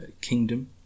Kingdom